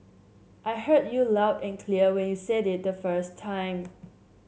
I heard you loud and clear when you said it the first time